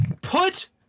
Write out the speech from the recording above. Put